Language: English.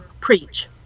preach